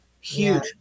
huge